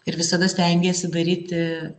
ir visada stengiesi daryti